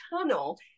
tunnel